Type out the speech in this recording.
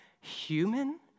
human